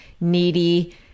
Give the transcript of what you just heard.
needy